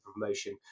promotion